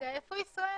איפה ישראל?